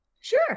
Sure